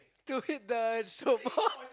to hit the soap